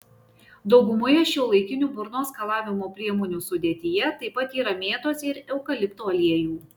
daugumoje šiuolaikinių burnos skalavimo priemonių sudėtyje taip pat yra mėtos ir eukalipto aliejų